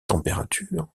températures